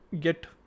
get